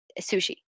sushi